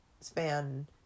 span